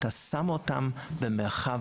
אתה שם אותם במרחב,